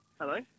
Hello